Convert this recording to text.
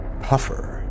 Puffer